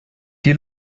die